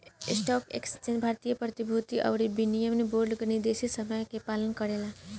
stock exchange भारतीय प्रतिभूति अउरी विनिमय बोर्ड के निर्देशित नियम के पालन करेला